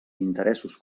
interessos